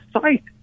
site